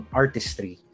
artistry